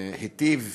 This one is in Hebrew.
היטיב